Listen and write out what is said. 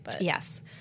Yes